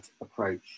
approach